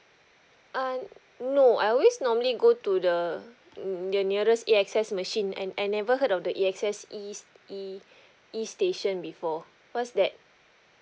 err no I always normally go to the the nearest A_X_S machine I I never heard of the A_X_S e s~ e e station before what's that